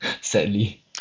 sadly